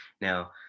now